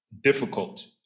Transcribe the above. difficult